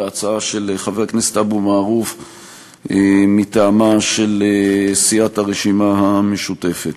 להצעה של חבר הכנסת אבו מערוף מטעמה של סיעת הרשימה המשותפת.